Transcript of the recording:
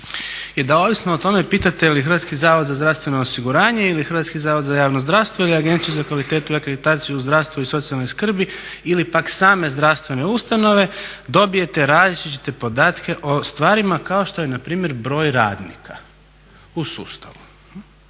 je da ovisno o tome pitate li Hrvatski zavod za zdravstveno osiguranje ili Hrvatski zavod za javno zdravstvo ili Agenciju za kvalitetu i …/Govornik se ne razumije./… u zdravstvu i socijalne skrbi ili pak same zdravstvene ustanove dobijete različite podatke o stvarima kao što je npr. broj radnika u sustavu.